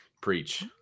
Preach